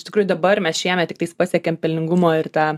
iš tikrųjų dabar mes šiemet tiktais pasiekėm pelningumo ir tą